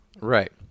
Right